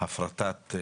אגרת השמירה ואז כעסתי